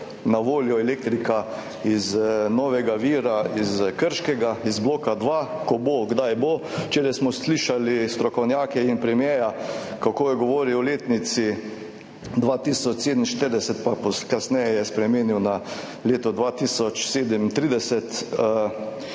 na voljo elektrika iz novega vira iz Krškega, iz bloka dve, ko bo, kdaj bo. Včeraj smo slišali strokovnjake in premierja, kako je govoril o letnici 2047, kasneje pa je spremenil na leto 2037.